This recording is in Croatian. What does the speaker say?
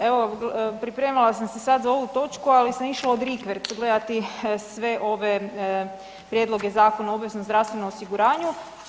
Evo pripremala sam se sad za ovu točku, ali sam išla od rikverc gledati sve ove prijedloge zakona o obveznom zdravstvenom osiguranju.